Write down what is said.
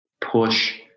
push